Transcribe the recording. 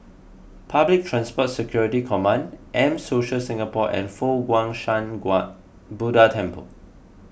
Public Transport Security Command M Social Singapore and Fo Guang Shan Buddha Temple